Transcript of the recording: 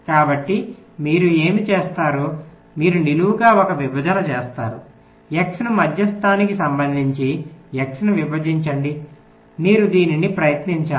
కాబట్టి మీరు ఏమి చేస్తారు మీరు నిలువుగా ఒక విభజన చేస్తారు x ను మధ్యస్థానికి సంబంధించి x ను విభజించండి మీరు దీనిని ప్రయత్నించాలి